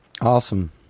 Awesome